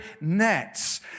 nets